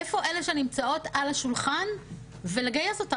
איפה אלה שנמצאות על השולחן, ולגייס אותן.